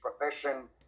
profession